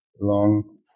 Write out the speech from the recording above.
long